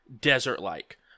desert-like